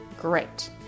Great